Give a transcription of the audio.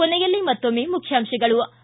ಕೊನೆಯಲ್ಲಿ ಮತ್ತೊಮ್ಮೆ ಮುಖ್ಯಾಂಶಗಳು